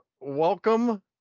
welcome